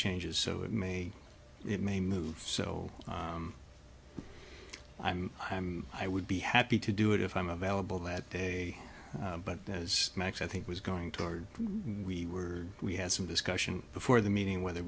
changes so it may it may move so i'm i'm i would be happy to do it if i'm available that day but as max i think was going toward we were we had some discussion before the meeting whether